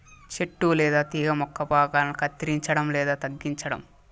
చెట్టు లేదా తీగ యొక్క భాగాలను కత్తిరించడం లేదా తగ్గించటం